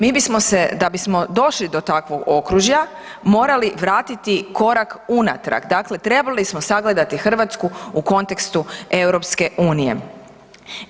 Mi bismo se da bismo došli do takvog okružja, morali vratiti korak unatrag, dakle trebali smo sagledati Hrvatsku u kontekstu EU-a.